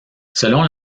selon